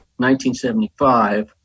1975